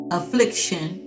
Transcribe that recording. affliction